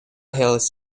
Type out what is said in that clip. hills